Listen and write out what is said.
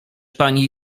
pani